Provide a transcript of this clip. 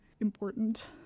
important